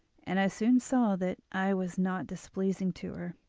and i soon saw that i was not displeasing to her,